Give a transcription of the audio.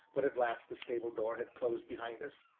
when at last the stable door had closed behind us,